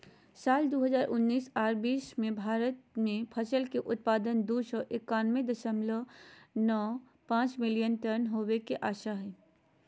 साल दू हजार उन्नीस आर बीस मे भारत मे फसल के उत्पादन दू सौ एकयानबे दशमलव नौ पांच मिलियन टन होवे के आशा हय